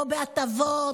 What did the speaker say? לא בהטבות,